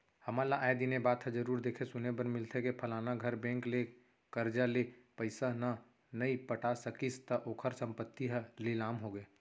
हमन ल आय दिन ए बात ह जरुर देखे सुने बर मिलथे के फलाना घर बेंक ले करजा ले पइसा न नइ पटा सकिस त ओखर संपत्ति ह लिलाम होगे